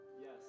Yes